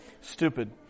Stupid